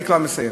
אני כבר מסיים.